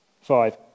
Five